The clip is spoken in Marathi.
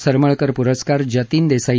सरमळकर पुरस्कार जतीन देसाई